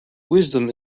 wisdom